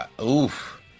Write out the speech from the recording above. oof